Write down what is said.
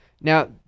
now